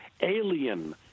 alien